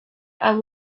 and